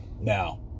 Now